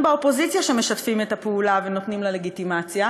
באופוזיציה שמשתפים אתה פעולה ונותנים לה לגיטימציה,